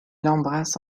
l’embrasse